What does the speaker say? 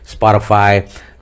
Spotify